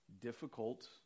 difficult